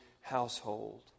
household